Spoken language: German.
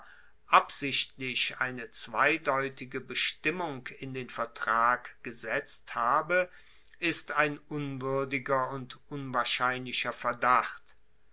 absichtlich eine zweideutige bestimmung in den vertrag gesetzt habe ist ein unwuerdiger und unwahrscheinlicher verdacht